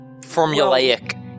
formulaic